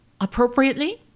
appropriately